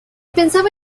pensaba